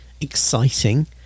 exciting